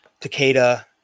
Takeda